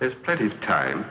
there is plenty of time